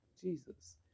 Jesus